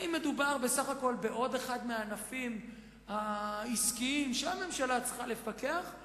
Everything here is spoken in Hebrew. האם מדובר בסך הכול בעוד אחד מהענפים העסקיים שהממשלה צריכה לפקח עליהם,